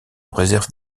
réserve